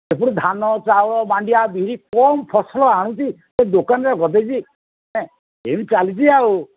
ସେଥିରୁ ଧାନ ଚାଉଳ ମାଣ୍ଡିଆ ବିରି କମ୍ ଫସଲ ଆଣୁଛି ସେ ଦୋକାନରେ ଗଦେଇଛି ଏ ଏମିତି ଚାଲିଛି ଆଉ